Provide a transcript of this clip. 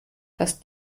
dass